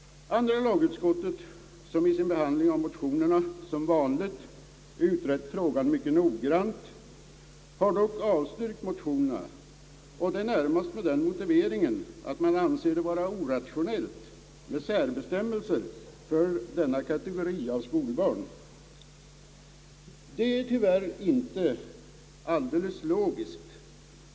Andra lagutskottet, som vid sin behandling av motionerna som vanligt utrett frågan mycket noggrant, har dock avstyrkt motionerna, närmast med den motiveringen att man anser det vara orationellt med särbestämmelser för denna kategori av skolbarn. Det är tyvärr inte helt logiskt.